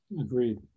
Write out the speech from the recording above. Agreed